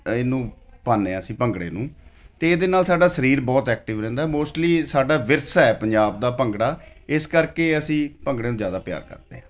ਇਹਨੂੰ ਪਾਉਂਦੇ ਹਾਂ ਅਸੀਂ ਭੰਗੜੇ ਨੂੰ ਅਤੇ ਇਹਦੇ ਨਾਲ ਸਾਡਾ ਸਰੀਰ ਬਹੁਤ ਐਕਟਿਵ ਰਹਿੰਦਾ ਮੋਸਟਲੀ ਸਾਡਾ ਵਿਰਸਾ ਹੈ ਪੰਜਾਬ ਦਾ ਭੰਗੜਾ ਇਸ ਕਰਕੇ ਅਸੀਂ ਭੰਗੜੇ ਨੂੰ ਜ਼ਿਆਦਾ ਪਿਆਰ ਕਰਦੇ ਹਾਂ